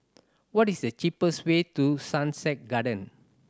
what is the cheapest way to Sussex Garden